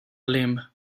limb